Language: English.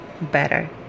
better